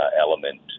element